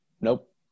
Nope